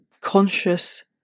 conscious